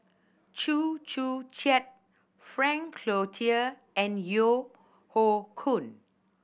Chew Joo Chiat Frank Cloutier and Yeo Hoe Koon